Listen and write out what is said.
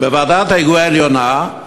בוועדת ההיגוי העליונה,